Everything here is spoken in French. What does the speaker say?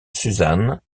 suzanne